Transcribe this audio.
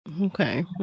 Okay